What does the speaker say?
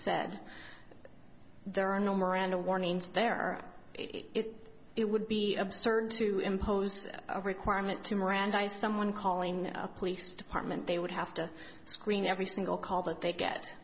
said there are no miranda warnings there are it would be absurd to impose a requirement to mirandize someone calling a police department they would have to screen every single call that they get